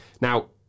now